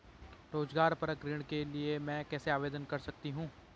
रोज़गार परक ऋण के लिए मैं कैसे आवेदन कर सकतीं हूँ?